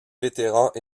vétérans